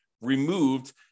removed